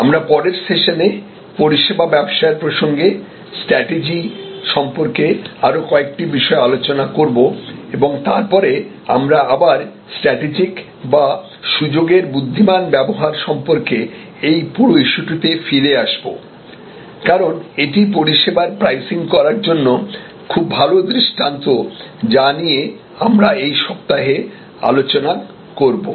আমরা পরের সেশনে পরিষেবা ব্যবসায়ের প্রসঙ্গে স্ট্রাটেজি সম্পর্কে আরও কয়েকটি বিষয় আলোচনা করব এবং তারপরে আমরা আবার স্ট্র্যাটেজিক বা সুযোগের বুদ্ধিমান ব্যবহার সম্পর্কে এই পুরো ইস্যুটিতে ফিরে আসব কারণ এটি পরিষেবার প্রাইসিং করার জন্য খুব ভাল দৃষ্টান্ত যা নিয়ে আমরা এই সপ্তাহে আলোচনা করব